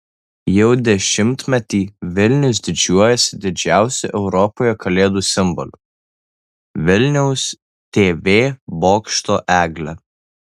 jau dešimtmetį vilnius didžiuojasi didžiausiu europoje kalėdų simboliu vilniaus tv bokšto egle